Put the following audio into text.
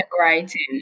writing